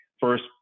first